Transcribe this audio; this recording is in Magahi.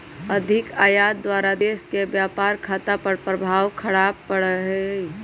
अधिक आयात द्वारा देश के व्यापार खता पर खराप प्रभाव पड़इ छइ